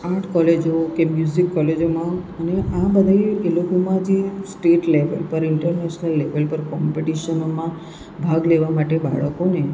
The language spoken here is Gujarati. આર્ટ કોલેજો કે મ્યુઝિક કોલેજોમાં અને આ બધે એ લોકોમાં છે સ્ટેટ લેવલ પર ઇન્ટરનેશનલ લેવલ પર કોમ્પિટિશનોમાં ભાગ લેવા માટે બાળકોને